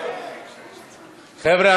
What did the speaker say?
חבר'ה,